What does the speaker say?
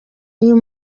uyu